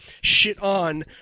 shit-on